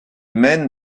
mène